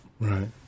Right